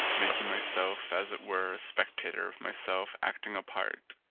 making myself as it were a spectator of myself acting a part,